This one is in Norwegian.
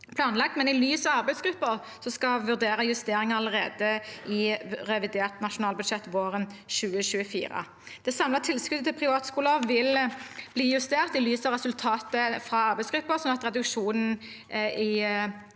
arbeidet i arbeidsgruppen skal vi vurdere justeringer allerede i revidert nasjonalbudsjett våren 2024. Det samlede tilskuddet til privatskoler vil bli justert i lys av resultatet fra arbeidsgruppen, slik at reduksjonen i